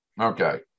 Okay